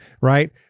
right